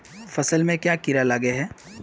फसल में क्याँ कीड़ा लागे है?